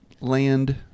land